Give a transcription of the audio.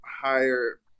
higher